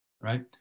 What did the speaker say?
right